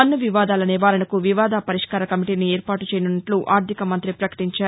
పన్ను వివాదాల నివారణకు వివాద పరిష్కార కమిటీని ఏర్పాటు చేయనున్నట్లు ఆర్లిక మంతి ప్రకటించారు